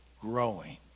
growing